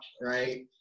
right